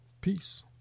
Peace